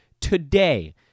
today